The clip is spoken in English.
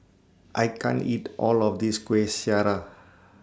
I can't eat All of This Kueh Syara